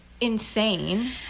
insane